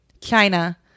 China